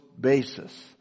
basis